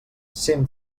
cent